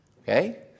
okay